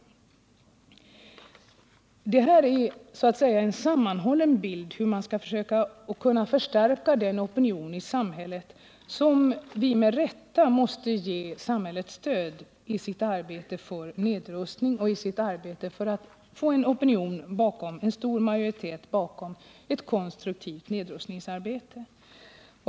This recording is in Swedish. Detta är en sammanhållen bild av hur man kan försöka förstärka den opinion i samhället som vi med rätta måste ge samhällets stöd i dess arbete för nedrustning och för att få en stor majoritet bakom ett konstruktivt nedrustningsarbete.